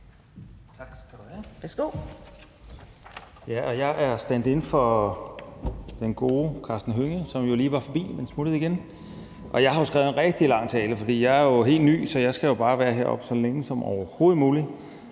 Jeg er standin for den gode Karsten Hønge, som jo lige var forbi, men smuttede igen, og jeg har skrevet en rigtig lang tale, for jeg er helt ny, så jeg skal bare være heroppe så længe som overhovedet muligt